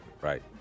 Right